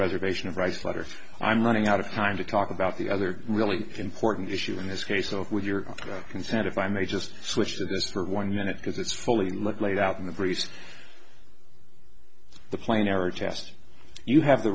reservation of writes letters i'm running out of time to talk about the other really important issue in this case of with your consent if i may just switch to this for one minute because it's fully look laid out in the briefs the plain error test you have the